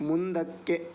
ಮುಂದಕ್ಕೆ